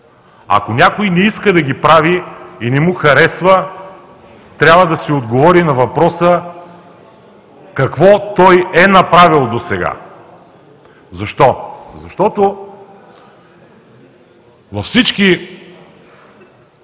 Ако някой не иска да ги прави и не му харесва, трябва да си отговори на въпроса: какво той е направил досега? Защо? Защото във всички